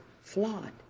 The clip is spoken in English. flawed